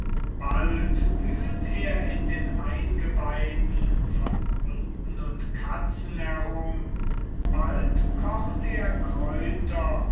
bald wühlt er in den eingeweiden von hunden und katzen herum bald kocht er